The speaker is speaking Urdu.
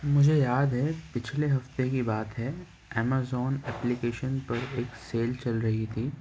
مجھے یاد ہے پچھلے ہفتے کی بات ہے امیزون اپلیکیشن پر ایک سیل چل رہی تھی